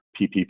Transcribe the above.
PPP